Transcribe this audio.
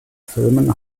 filmen